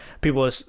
people